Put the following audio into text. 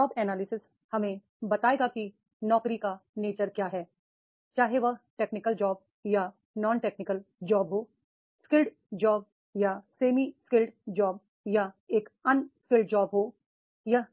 job analysis हमें बताएगा कि नौकरी का नेचर क्या है चाहे वह टेक्निकल जॉब या नॉन टेक्निकल जॉब हो स्किल्ड जॉब या सेमी स्किल्ड जॉब या एक अनस्किल्ड जॉब हो यह